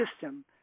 system